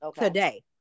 today